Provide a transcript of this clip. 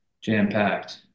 jam-packed